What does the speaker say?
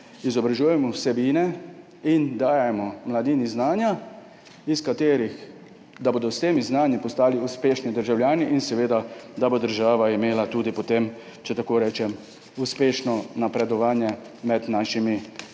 izobražujemo vsebine in dajemo mladini znanja, da bodo s temi znanji postali uspešni državljani in da bo država imela tudi potem, če tako rečem, uspešno napredovanje med našimi